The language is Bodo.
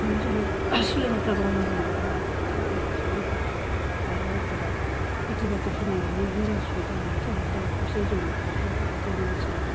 माने जोंहा सोलिनायफोरा बारा मोजां नङा थाखा फैसानि अभाब जायो आरो एथ'बा खिथि बाथिफोर मावनायनि मोजां सुबिदा गैयिनि थाखायनो दावराव दावसि जायो जोंनि न'खरफोराव हयथ'बा जोंनि ओनसोलाव